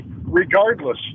regardless